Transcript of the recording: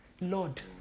Lord